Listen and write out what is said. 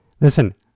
Listen